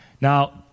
Now